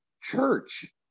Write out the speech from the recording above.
church